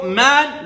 man